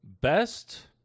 Best